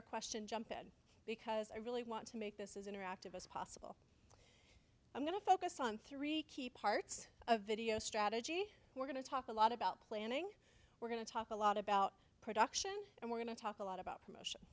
or question jump in because i really want to make this as interactive as possible i'm going to focus on three key parts of video strategy we're going to talk a lot about planning we're going to talk a lot about production and we're going to talk a lot about promotion